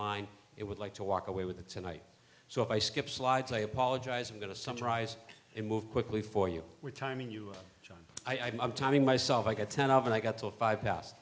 line it would like to walk away with it tonight so if i skip slides i apologize i'm going to summarize and move quickly for you were timing you john i'm timing myself i got ten of and i got so five past